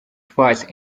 twice